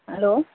hello